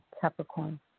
Capricorn